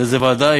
לאיזו ועדה?